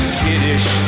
kiddish